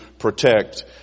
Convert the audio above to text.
protect